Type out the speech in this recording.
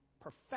perfect